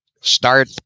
start